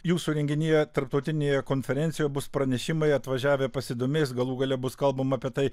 jūsų renginyje tarptautinėje konferencijoj bus pranešimai atvažiavę pasidomės galų gale bus kalbama apie tai